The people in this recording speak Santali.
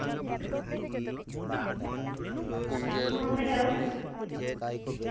ᱦᱚᱸ ᱦᱮᱞᱳ